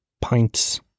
pints